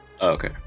okay